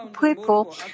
people